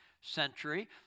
century